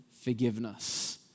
forgiveness